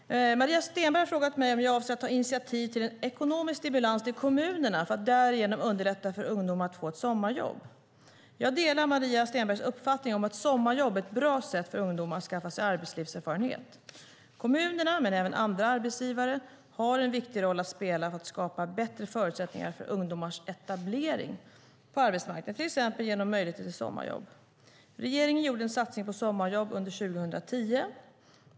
Herr talman! Maria Stenberg har frågat mig om jag avser att ta initiativ till en ekonomisk stimulans till kommunerna för att därigenom underlätta för ungdomar att få ett sommarjobb. Jag delar Maria Stenbergs uppfattning att sommarjobb är ett bra sätt för ungdomar att skaffa sig arbetslivserfarenhet. Kommunerna, men även andra arbetsgivare, har en viktig roll att spela för att skapa bättre förutsättningar för ungdomars etablering på arbetsmarknaden, till exempel genom möjlighet till sommarjobb. Regeringen gjorde en satsning på sommarjobb under 2010.